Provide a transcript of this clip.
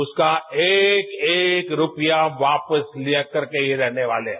उसका एक एक रूपया वापस लेकर के ये रहने वाले हैं